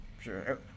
Sure